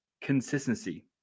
consistency